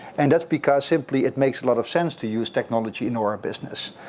and that's because, simply it makes a lot of sense to use technology in our business.